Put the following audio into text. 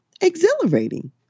exhilarating